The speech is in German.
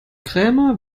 krämer